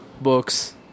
books